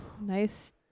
Nice